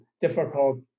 difficult